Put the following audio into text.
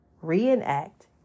reenact